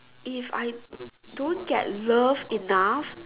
if I don't get loved enough